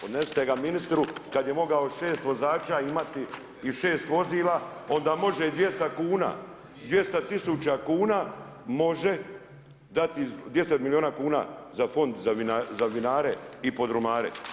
Odnesite ga ministru, kada je mogao 6 vozača imati i 6 vozila onda može i 200 kuna, 200 tisuća kuna može dati, 200 milijuna kuna za fond za vinare i podrumare.